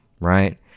right